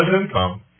income